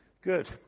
Good